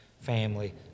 family